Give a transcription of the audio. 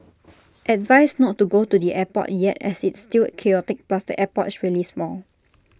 advised not to go to the airport yet as it's still chaotic plus the airport is really small